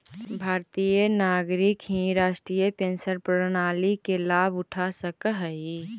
भारतीय नागरिक ही राष्ट्रीय पेंशन प्रणाली के लाभ उठा सकऽ हई